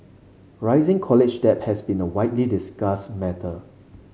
rising college debt has been a widely discussed matter